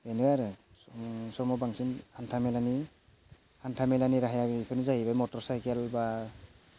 बेनो आरो समाव बांसिन हान्था मेलानि राहाया बेफोरनो जाहैबाय मटरसाइकेल बा